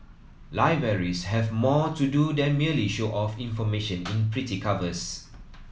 libraries have more to do than merely show off information in pretty covers